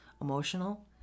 emotional